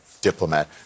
diplomat